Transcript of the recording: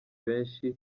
benshi